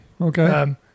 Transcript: Okay